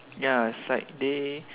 ya it's like they